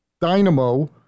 dynamo